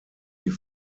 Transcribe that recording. die